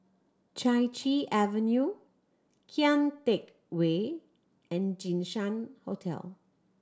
Chai Chee Avenue Kian Teck Way and Jinshan Hotel